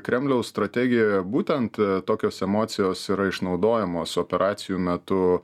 kremliaus strategijoje būtent tokios emocijos yra išnaudojamos operacijų metu